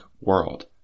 world